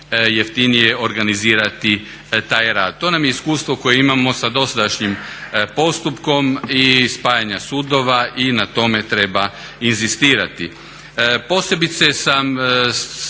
jeftinije organizirati taj rad. To nam je iskustvo koje imamo sa dosadašnjim postupkom i spajanja sudova i na tome treba inzistirati. Posebice sam